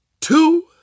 two